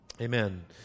Amen